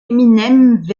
eminem